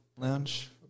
Lounge